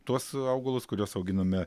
tuos augalus kuriuos auginome